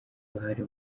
uruhare